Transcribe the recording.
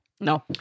No